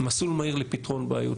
מסלול מהיר לפתרון בעיות,